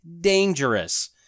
dangerous